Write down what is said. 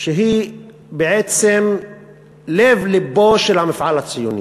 שהיא בעצם לב-לבו של המפעל הציוני,